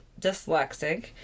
dyslexic